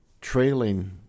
trailing